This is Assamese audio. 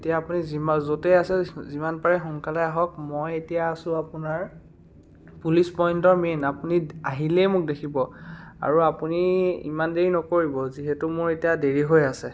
এতিয়া আপুনি যিমা য'তেই আছে যিমান পাৰে সোনকালে আহক মই এতিয়া আছোঁ আপোনাৰ পুলিচ পইণ্টৰ মেইন আপোনাৰ আহিলেই মোক দেখিব আৰু আপুনি ইমান দেৰি নকৰিব যিহেতু মোৰ এতিয়া দেৰি হৈ আছে